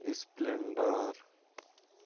splendour